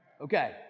Okay